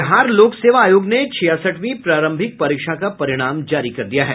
बिहार लोक सेवा आयोग ने छियासठवीं प्रारंभिक परीक्षा का परिणाम जारी कर दिया है